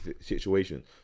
situation